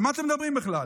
על מה אתם מדברים בכלל?